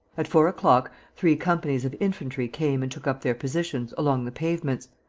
at four o'clock three companies of infantry came and took up their positions along the pavements,